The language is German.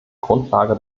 grundlage